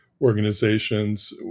organizations